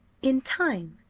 in time,